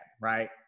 right